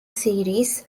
series